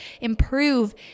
improve